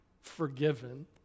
forgiven